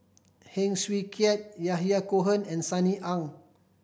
Heng Swee Keat Yahya Cohen and Sunny Ang